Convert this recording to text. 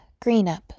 Greenup